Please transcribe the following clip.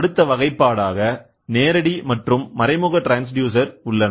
அடுத்த வகைப்பாடாக நேரடி மற்றும் மறைமுக ட்ரான்ஸ்டியூசர் உள்ளன